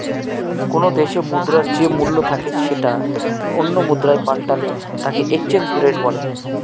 কোনো দেশে মুদ্রার যে মূল্য থাকে সেটা অন্য মুদ্রায় পাল্টালে তাকে এক্সচেঞ্জ রেট বলে